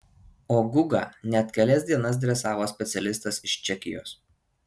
o gugą net kelias dienas dresavo specialistas iš čekijos